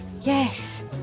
Yes